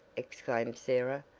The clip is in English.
exclaimed sarah.